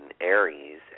Aries